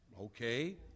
Okay